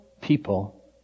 people